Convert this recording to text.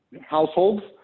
households